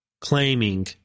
claiming